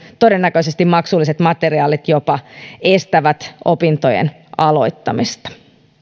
todennäköisesti maksulliset materiaalit jopa estävät opintojen aloittamista